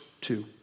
two